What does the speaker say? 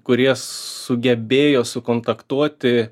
kurie sugebėjo sukontaktuoti